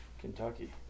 Kentucky